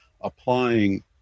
applying